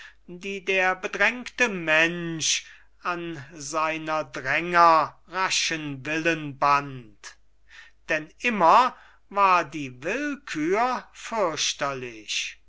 die der bedrängte mensch an seiner dränger raschen willen band denn immer war die willkür